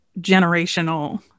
generational